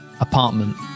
apartment